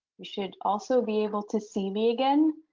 you should also be able to see me again.